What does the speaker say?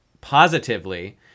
positively